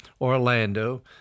Orlando